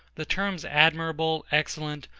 the terms, admirable, excellent,